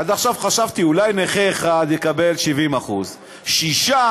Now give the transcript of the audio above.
עד עכשיו חשבתי שאולי נכה אחד יקבל 70%; שישה,